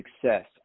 success